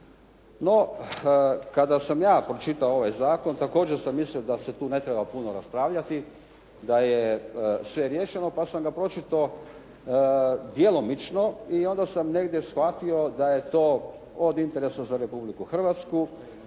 No, kada sam ja pročitao ovaj zakon, također sam mislio da se tu ne treba puno raspravljati, da je sve riješeno, pa sam ga pročitao djelomično i onda sam negdje shvatio da je to od interesa za Republiku Hrvatsku,